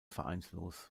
vereinslos